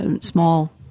small